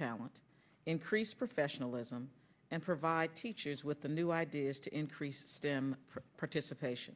talent increase professionalism and provide teachers with the new ideas to increase stem from participation